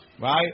Right